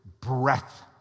breath